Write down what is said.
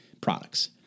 products